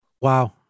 Wow